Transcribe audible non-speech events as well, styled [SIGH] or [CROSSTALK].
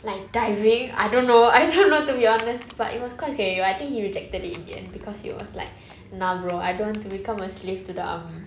like diving I don't know [LAUGHS] I don't know to be honest but it was quite scary but I think he rejected it in the end because it was like nah bro I don't want to become a slave to the army